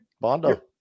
Bondo